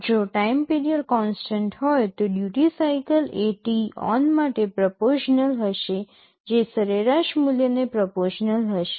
જો time period constant હોય તો ડ્યૂટિ સાઇકલ એ t on માટે પ્રપોર્શનલ હશે જે સરેરાશ મૂલ્યને પ્રપોર્શનલ છે